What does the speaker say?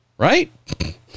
Right